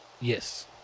Yes